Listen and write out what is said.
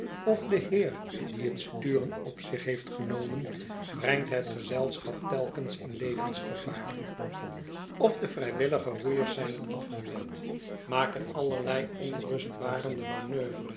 of de heer die het sturen op zich heeft genomen brengt het gezelschap telkens in levensgevaar of de vrijwillige roeiers zijn het afgewend maken allerlei onrustbarende manoeuvres